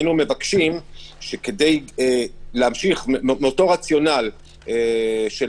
היינו מבקשים שכדי להמשיך מאותו רציונל של